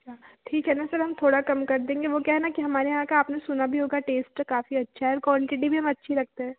अच्छा ठीक है ना सर हम थोड़ा काम कर देगें वह क्या है ना कि हमारे यहाँ का आपने सुना भी होगा टेस्ट काफ़ी अच्छा है और क्वांटिटी भी हम अच्छी रखते हैं